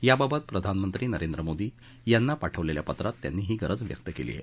याबाबत प्रधानमंत्री नरेंद्र मोदी यांना पाठवलेल्या पत्रात त्यांनी ही गरज व्यक्त केली आहे